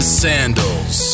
sandals